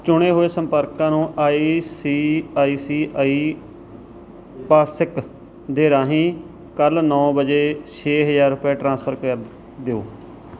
ਚੁਣੇ ਹੋਏ ਸੰਪਰਕਾਂ ਨੂੰ I C I C I ਪਾਸਿਕ ਦੇ ਰਾਹੀਂ ਕੱਲ੍ਹ ਨੌਂ ਵਜੇ ਛੇ ਹਜ਼ਾਰ ਰੁਪਏ ਟ੍ਰਾਂਸਫਰ ਕਰ ਦਿਓ